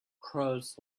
crows